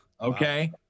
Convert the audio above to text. Okay